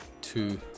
two